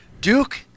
Duke